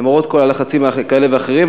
למרות כל הלחצים, כאלה ואחרים.